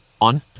on